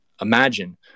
imagine